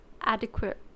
Adequate